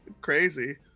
crazy